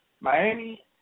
Miami